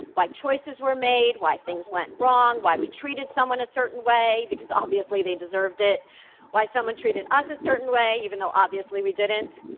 why choices were made, why things went wrong, why we treated someone a certain way because obviously, they deserved it why someone treated us a certain way even though, obviously, we didn't.